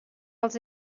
els